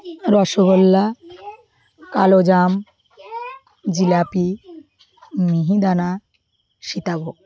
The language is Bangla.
রসগোল্লা কালোজাম জিলাপি মিহিদানা সীতাভোগ